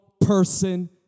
person